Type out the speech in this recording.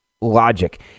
logic